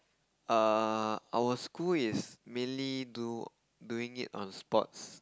uh our school is mainly do doing it on sports